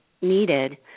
needed